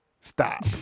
Stop